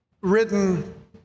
written